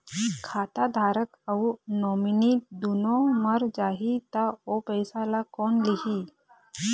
खाता धारक अऊ नोमिनि दुनों मर जाही ता ओ पैसा ला कोन लिही?